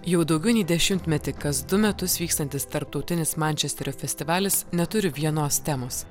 jau daugiau nei dešimtmetį kas du metus vykstantis tarptautinis mančesterio festivalis neturi vienos temos